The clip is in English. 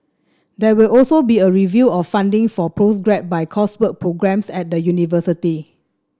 there will also be a review of funding for postgraduate by coursework programmes at the university